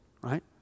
right